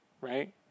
right